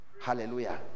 Hallelujah